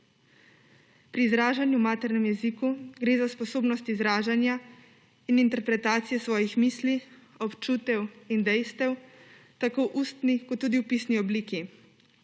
Pri izražanju v materinem jeziku gre za sposobnost izražanja in interpretacije svojih misli, občutev in dejstev, tako ustni kot tudi v pisni obliki,